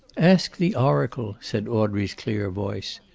ask the oracle, said audrey's clear voice,